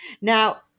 Now